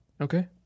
Okay